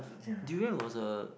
durian was a